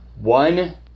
one